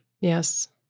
Yes